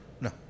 No